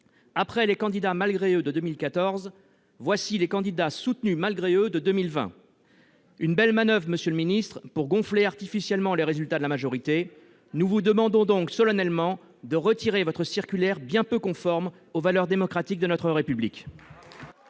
Après les candidats malgré eux de 2014, voilà les candidats soutenus malgré eux de 2020 ! Une belle manoeuvre, monsieur le ministre, pour gonfler artificiellement les résultats de la majorité. Nous vous demandons donc solennellement de retirer cette circulaire bien peu conforme aux valeurs démocratiques de notre République.